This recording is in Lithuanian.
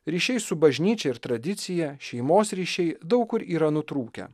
ryšiai su bažnyčia ir tradicija šeimos ryšiai daug kur yra nutrūkę